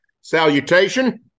salutation